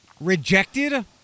rejected